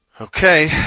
Okay